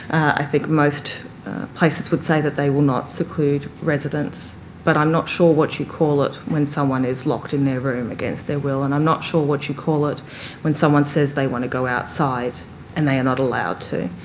i think most places would say that they will not seclude residents but i'm not sure what you call it when someone is locked in their room against their will. and i'm not sure what you call it when someone says they want to go outside and they are not allowed to.